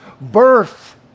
birth